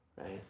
Right